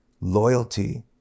Loyalty